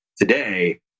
today